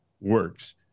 works